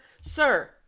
Sir